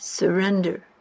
Surrender